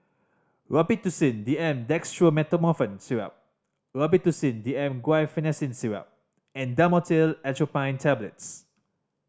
Robitussin D M Dextromethorphan Syrup Robitussin D M Guaiphenesin Syrup and Dhamotil Atropine Tablets